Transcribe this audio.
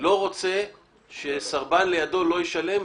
לא רוצה שסרבן לידו לא ישלם,